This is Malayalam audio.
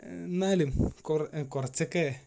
എന്നാലും കുറച്ചൊക്കെ